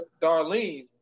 Darlene